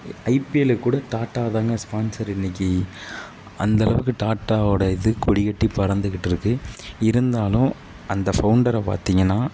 IPL கூட டாட்டா தாங்க sponsor இன்னைக்கி அந்த அளவுக்கு டாட்டாவோட இது கொடி கட்டி பறந்துகிட்டிருக்கு இருந்தாலும் அந்த ஃபௌண்டரை பார்த்திங்கன்னா